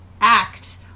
act